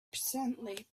presently